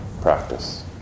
practice